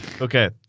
Okay